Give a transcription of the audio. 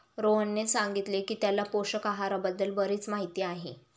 रोहनने सांगितले की त्याला पोषक आहाराबद्दल बरीच माहिती आहे